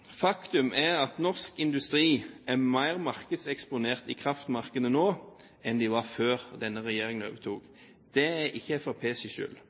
Faktum er at norsk industri er mer markedseksponert i kraftmarkedene nå enn den var før denne regjeringen overtok. Det er ikke